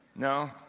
No